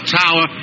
tower